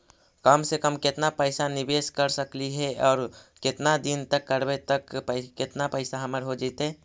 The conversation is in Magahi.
कम से कम केतना पैसा निबेस कर सकली हे और केतना दिन तक करबै तब केतना पैसा हमर हो जइतै?